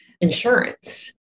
insurance